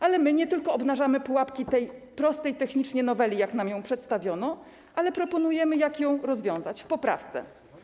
Ale my nie tylko obnażamy pułapki tej prostej technicznie noweli, jak nam ją przedstawiono, ale proponujemy, jak to rozwiązać w poprawce.